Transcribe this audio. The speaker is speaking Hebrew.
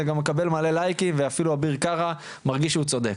זה גם מקבל מלא לייקים ואפילו אביר קארה מרגיש שהוא צודק.